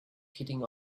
heating